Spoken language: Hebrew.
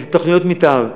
את תוכניות המתאר,